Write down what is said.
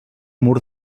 mur